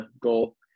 goal